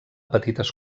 petites